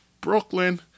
Brooklyn